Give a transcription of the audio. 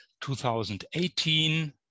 2018